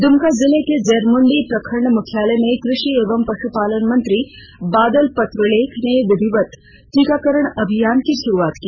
दुमका जिले के जरमुंडी प्रखण्ड मुख्यालय में कृषि एवं पशुपालन मंत्री बादल पत्रलेख ने विधिवत टीकाकरण अभियान शुरू किया